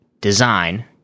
design